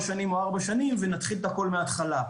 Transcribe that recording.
שנים או ארבע שנים ונתחיל את הכל מהתחלה.